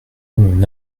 mon